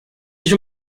dich